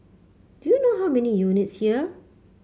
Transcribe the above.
do you know how many units here